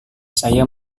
saya